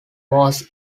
was